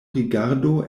rigardo